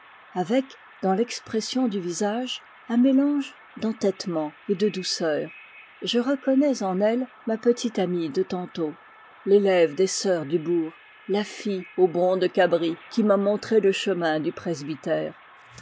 avec dans l'expression du visage un mélange d'entêtement et de douceur je reconnais en elle ma petite amie de tantôt l'élève des sœurs du bourg la fille aux bonds de cabri qui m'a montré le chemin du presbytère